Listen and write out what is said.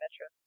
Metro